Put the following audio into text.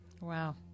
Wow